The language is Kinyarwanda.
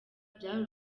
byari